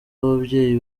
w’ababyeyi